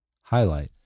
highlight